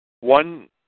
One